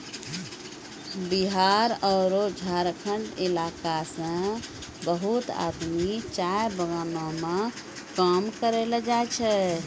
बिहार आरो झारखंड इलाका सॅ बहुत आदमी चाय बगानों मॅ काम करै ल जाय छै